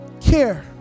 care